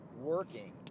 working